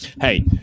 hey